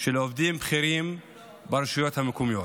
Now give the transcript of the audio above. של עובדים בכירים ברשויות המקומיות,